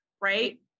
right